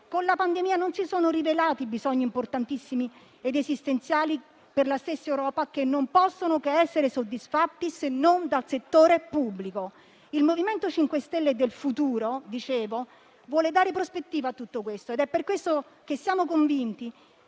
con la pandemia si sono rivelati bisogni importantissimi ed esistenziali per la stessa Europa, che non possono che essere soddisfatti se non dal settore pubblico. Il MoVimento 5 Stelle del futuro - dicevo - vuole dare prospettiva a tutto questo ed è per questo che siamo convinti